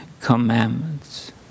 Commandments